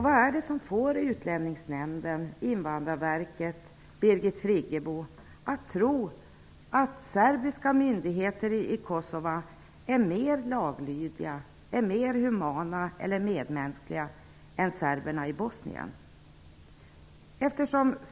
Vad är det som får Friggebo att tro att serbiska myndigheter i Kosova är mer laglydiga, humana eller medmänskliga än serberna i Bosnien?